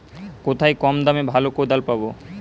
কোথায় কম দামে ভালো কোদাল পাব?